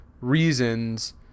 reasons